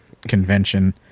convention